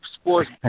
sports